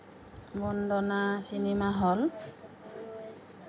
বন্দনা cinema হল